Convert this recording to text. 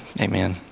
amen